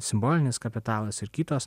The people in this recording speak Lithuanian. simbolinis kapitalas ir kitos